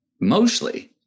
mostly